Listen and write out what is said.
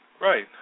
right